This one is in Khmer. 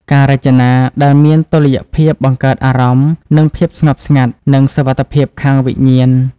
ការរចនា ដែលមានតុល្យភាពបង្កើតអារម្មណ៍នៃភាពស្ងប់ស្ងាត់និងសុវត្ថិភាពខាងវិញ្ញាណ។